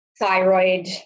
thyroid